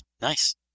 Nice